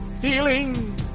Healing